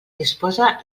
disposa